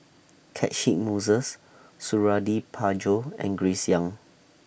Catchick Moses Suradi Parjo and Grace Young